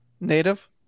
native